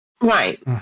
Right